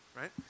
Right